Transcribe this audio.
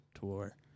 tour